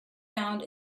found